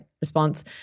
response